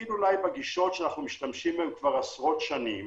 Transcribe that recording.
נתחיל בגישות שאנחנו משתמשים בהן כבר עשרות שנים